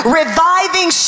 reviving